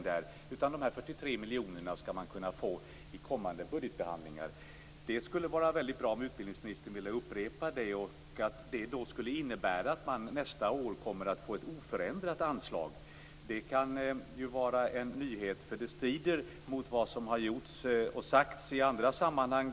I stället skall man kunna få de här 43 miljonerna i kommande budgetbehandlingar. Det skulle vara väldigt bra om utbildningsministern ville upprepa det. Det skulle då innebära att man nästa år kommer att få ett oförändrat anslag. Det kan ju vara en nyhet, ty det strider mot vad som har gjorts och sagts i andra sammanhang.